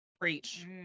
Preach